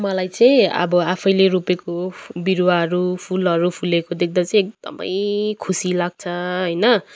मलाई चाहिँ अब आफैले रोपेको बिरुवाहरू फुलहरू फुलेको देख्दा चाहिँ एकदमै खुसी लाग्छ होइन